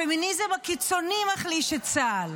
הפמיניזם הקיצוני מחליש את צה"ל,